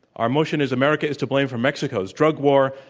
our motion is america is to blame for mexico's drug war,